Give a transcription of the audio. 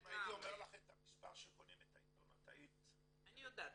אם הייתי אומר לך את המספר שקונים את העיתון את היית --- אני יודעת.